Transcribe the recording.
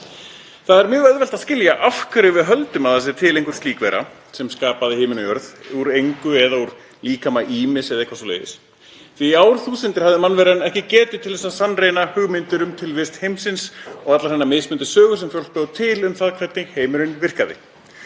Það er mjög auðvelt að skilja af hverju við höldum að það sé til einhver slík vera sem skapaði himin og jörð úr engu eða úr líkama Ýmis eða eitthvað svoleiðis, því að í árþúsundir hafði mannveran ekki getu til að sannreyna hugmyndir um tilvist heimsins og allar hinar mismunandi sögur sem fólk bjó til um það hvernig heimurinn virkaði.